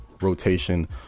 rotation